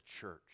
church